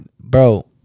Bro